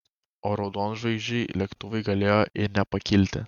o raudonžvaigždžiai lėktuvai galėjo ir nepakilti